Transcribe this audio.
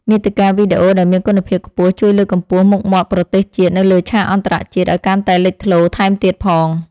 មាតិកាវីដេអូដែលមានគុណភាពខ្ពស់ជួយលើកកម្ពស់មុខមាត់ប្រទេសជាតិនៅលើឆាកអន្តរជាតិឱ្យកាន់តែលេចធ្លោថែមទៀតផង។